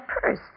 purse